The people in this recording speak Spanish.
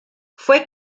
fue